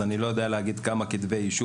אז ברשותך,